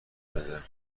بده